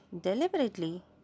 deliberately